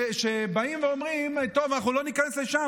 שבאים ואומרים: טוב, אנחנו לא ניכנס לשם.